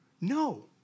No